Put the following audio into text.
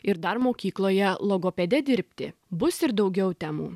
ir dar mokykloje logopede dirbti bus ir daugiau temų